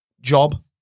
job